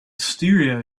stereo